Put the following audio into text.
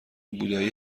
بودایی